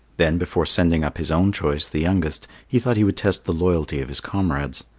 then, before sending up his own choice, the youngest, he thought he would test the loyalty of his comrades.